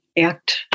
act